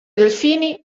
delfini